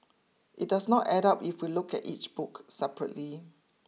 it does not add up if we look at each book separately